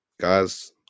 guys